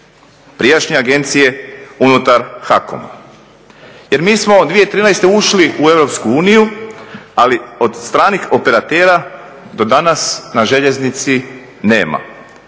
prijašnje agencije unutar HAKOM-a. Jer mi smo 2013. ušli u EU, ali od stranih operatera do danas na željeznici nema.